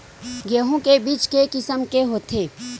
गेहूं के बीज के किसम के होथे?